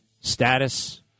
status